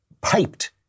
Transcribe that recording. piped